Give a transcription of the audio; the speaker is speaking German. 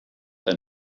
ein